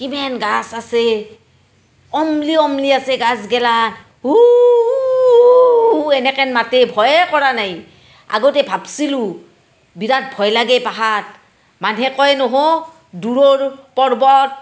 কিমান গছ আছে অ'মলি অ'মলি আছে গছ গেলা উ উ উ উ এনেকৈ মাতে ভয়ে কৰা নাই আগতে ভাবিছিলোঁ বিৰাট ভয় লাগে পাহাৰ মানুহে কয় নহয় দূৰৈৰ পৰ্বত